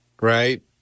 right